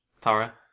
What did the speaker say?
Tara